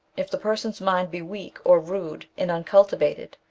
if the person's mind be weak, or rude and uncultivated,